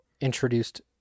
introduced